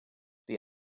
die